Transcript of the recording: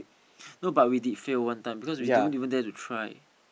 no but we did fail one time because we don't even dare to try